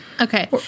Okay